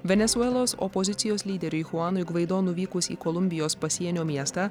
venesuelos opozicijos lyderiui chuanui gvaido nuvykus į kolumbijos pasienio miestą